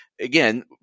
again